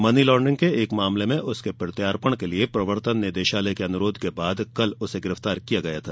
money laundering के एक मामले में उसके प्रत्यार्पण के लिए प्रवर्तन निदेशालय के अनुरोध के बाद कल उसे गिरफ्तार किया गया था